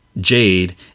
Jade